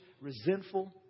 resentful